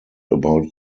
about